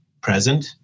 present